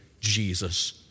Jesus